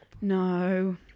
No